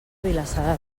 vilassar